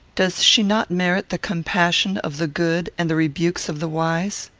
does she not merit the compassion of the good and the rebukes of the wise?